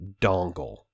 dongle